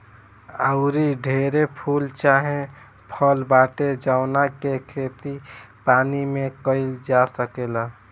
आऊरी ढेरे फूल चाहे फल बाटे जावना के खेती पानी में काईल जा सकेला